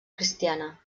cristiana